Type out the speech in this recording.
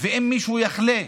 ואם מישהו יחלה,